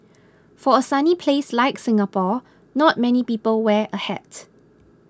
for a sunny place like Singapore not many people wear a hat